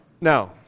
Now